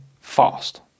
fast